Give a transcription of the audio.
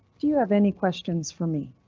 do you have any questions for me?